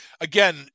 again